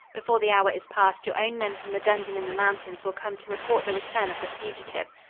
before the hour is past your own men from the dungeon in the mountains will come to report the return of the fugitive.